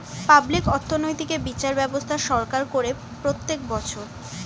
public অর্থনৈতিক এ বিচার ব্যবস্থা সরকার করে প্রত্যেক বছর